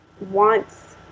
wants